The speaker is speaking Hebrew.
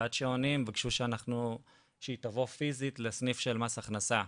ועד שעונים ביקשו שהיא תבוא פיזית לסניף של מס הכנסה,